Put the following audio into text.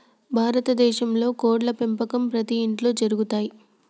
భారత దేశంలో కోడ్ల పెంపకం ప్రతి ఇంట్లో జరుగుతయ్